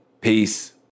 Peace